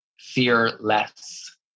fearless